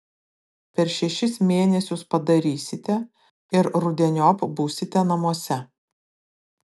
per šešis mėnesius padarysite ir rudeniop būsite namuose